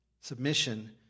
Submission